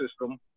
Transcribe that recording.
system